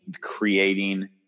creating